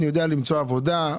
הוא יודע למצוא עבודה,